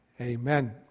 Amen